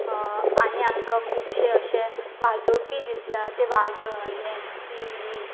आनी आमकां खुबशे अशे वाजोवपीय दिसता ते वाजो हें ती ही